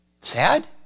sad